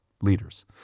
leaders